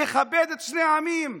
לכבד את שני העמים.